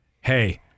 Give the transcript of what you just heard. hey—